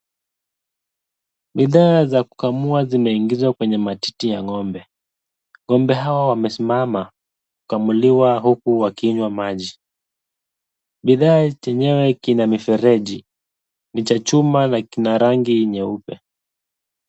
Bidhaa za kukamua zimeingizwa kwenye matiti ya ngo'mbe. Ngo'mbe hawa wamesimama kukamuliwa huku wakinywa maji. Bidhaa chenyewe kina mifereji. Ni cha chuma na kina rangi nyeupe.